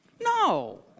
No